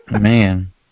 Man